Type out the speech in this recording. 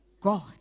God